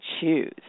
choose